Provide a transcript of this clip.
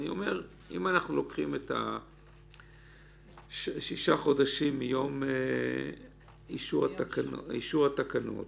אם אנחנו לוקחים שישה חודשים מיום אישור התקנות